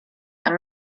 and